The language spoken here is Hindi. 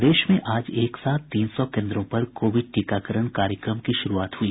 प्रदेश में आज एकसाथ तीन सौ केन्द्रों पर कोविड टीकाकरण कार्यक्रम की शुरूआत हुई